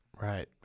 Right